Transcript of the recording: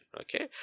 okay